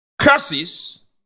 curses